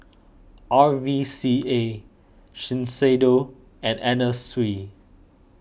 R V C A Shiseido and Anna Sui